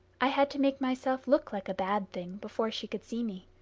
i had to make myself look like a bad thing before she could see me.